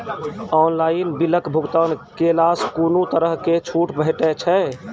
Online बिलक भुगतान केलासॅ कुनू तरहक छूट भेटै छै?